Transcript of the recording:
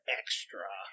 extra